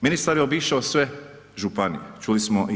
Ministar je obišao sve županije, čuli smo i to.